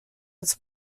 its